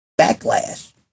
backlash